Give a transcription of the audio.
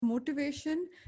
motivation